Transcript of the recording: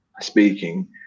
speaking